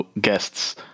guests